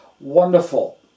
wonderful